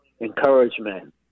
encouragement